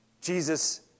Jesus